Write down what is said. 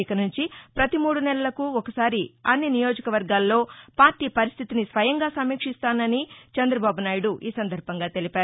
ఇక సుంచి పతి మూడు నెలలకు ఒకసారి అన్ని నియోజకవర్గాల్లో పార్టీ పరిస్థితిని స్వయంగా సమీక్షిస్తానని చంద్రబాబునాయుడు ఈ సందర్బంగా తెలిపారు